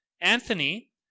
Anthony